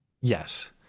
Yes